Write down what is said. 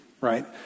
right